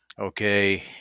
okay